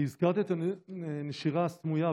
הזכרת את הנשירה הסמויה,